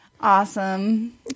Awesome